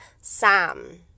Sam